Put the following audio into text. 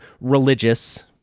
religious